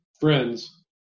Friends